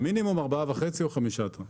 המינימום הוא 4.5 טון או 5 טון.